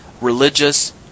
religious